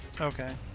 okay